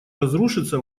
разрушиться